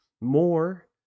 more